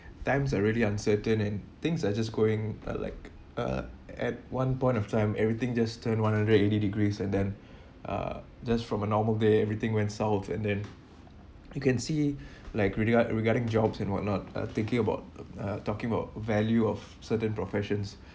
times are really uncertain and things are just going uh like uh at one point of time everything just turned one hundred eighty degrees and then uh just from a normal day everything went south and then you can see like regarding regarding jobs and whatnot uh thinking about uh talking about value of certain professions